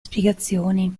spiegazioni